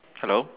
hello